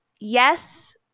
yes